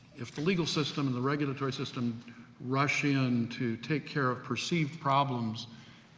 if the legal system and the regulatory system rush in to take care of perceived problems,